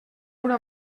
una